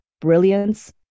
brilliance